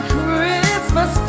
Christmas